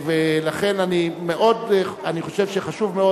לכן אני חושב שחשוב מאוד,